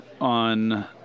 on